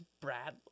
Brad